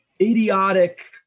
idiotic